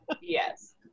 Yes